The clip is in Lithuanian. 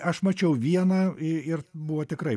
aš mačiau vieną i ir buvo tikrai